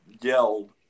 yelled